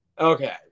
Okay